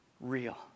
real